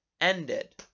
ended